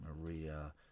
Maria